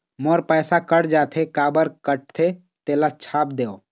मोर पैसा कट जाथे काबर कटथे तेला छाप देव?